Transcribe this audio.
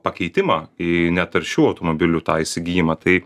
pakeitimą į netaršių automobilių tą įsigijimą tai